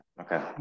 okay